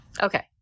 okay